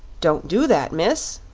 don't do that, miss,